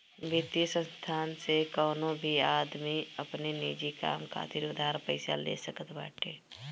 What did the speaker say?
वित्तीय संस्थान से कवनो भी आदमी अपनी निजी काम खातिर उधार पईसा ले सकत बाटे